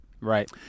Right